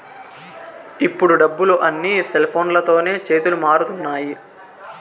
ఇప్పుడు డబ్బులు అన్నీ సెల్ఫోన్లతోనే చేతులు మారుతున్నాయి